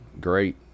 great